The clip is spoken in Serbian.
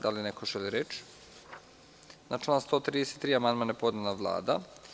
Da li neko želi reč? (Ne.) Na član 133. amandman je podnela Vlada.